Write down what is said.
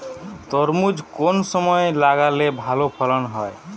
তরমুজ কোন সময় লাগালে ভালো ফলন হয়?